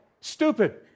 Stupid